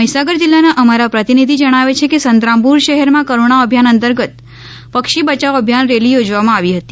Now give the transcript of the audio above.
મહિસાગર જિલ્લાના અમારા પ્રતિનિધિ જણાવે છે કે સંતરામપુર શહેરમાં કરુણા અભિયાન અંતર્ગત પક્ષી બયાવો અભિયાન રેલી યોજવામાં આવી હતી